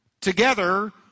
Together